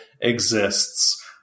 exists